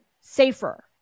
safer